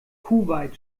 kuwait